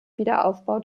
wiederaufbau